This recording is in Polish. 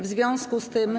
W związku z tym.